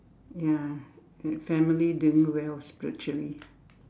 ya family doing well spiritually